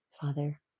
Father